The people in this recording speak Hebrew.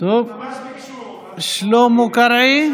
ממש ביקשו, שלמה קרעי,